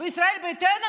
מישראל ביתנו,